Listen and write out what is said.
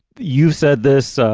you said this.